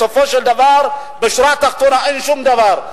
בסופו של דבר, בשורה התחתונה אין שום דבר.